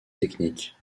technique